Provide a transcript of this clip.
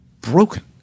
broken